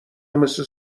مثل